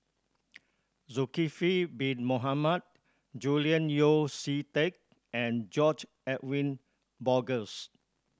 Zulkifli Bin Mohamed Julian Yeo See Teck and George Edwin Bogaars